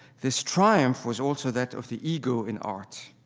this triumph was also that of the ego in art.